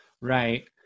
Right